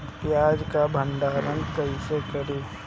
प्याज के भंडारन कईसे करी?